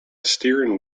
steering